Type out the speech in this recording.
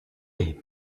est